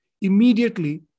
immediately